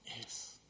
Yes